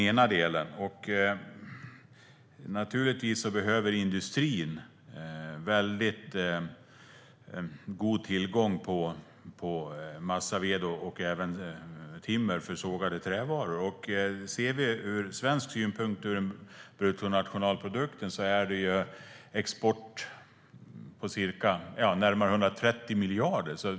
Den andra delen är att industrin naturligtvis behöver väldigt god tillgång på massaved och timmer för sågade trävaror. För den svenska bruttonationalprodukten är det väsentligt att vi har export på närmare 130 miljarder.